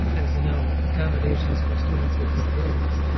as you know, accommodations for students with disabilities.